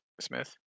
Smith